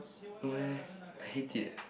no meh I hate it leh